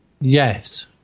yes